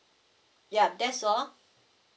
yup that's all